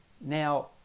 now